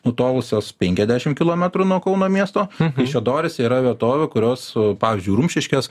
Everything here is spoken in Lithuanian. nutolusios penkiasdešim kilometrų nuo kauno miesto kaišiadorys yra vietovių kurios pavyzdžiui rumšiškės